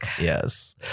Yes